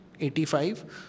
85